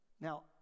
Now